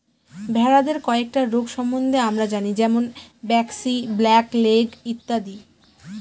ভেড়াদের কয়েকটা রোগ সম্বন্ধে আমরা জানি যেমন ব্র্যাক্সি, ব্ল্যাক লেগ ইত্যাদি